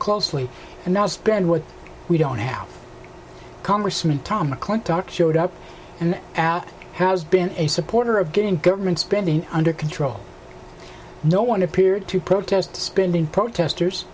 closely and not spend what we don't have congressman tom mcclintock showed up and out has been a supporter of getting government spending under control no one appeared to protest spending protestors